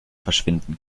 verschwinden